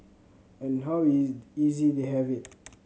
and how easy they have it